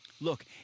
Look